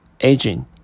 aging